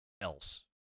else